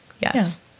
Yes